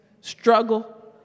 struggle